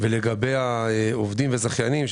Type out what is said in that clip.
לגבי העובדים וזכיינים,